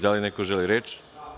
Da li neko želi reč?